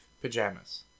pajamas